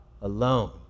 alone